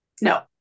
no